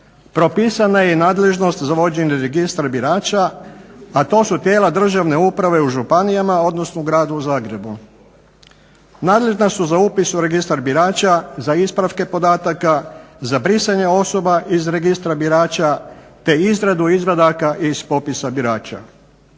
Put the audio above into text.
Propisana je i nadležnost za vođenje registra birača, a to su tijela državne uprave u županijama, odnosno u Gradu Zagrebu. Nadležna su za upis u registar birača, za ispravke podataka, za brisanje osoba i registra birača, te izradu izvadaka iz popisa birača.